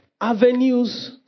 Avenues